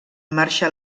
marxa